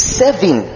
seven